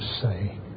say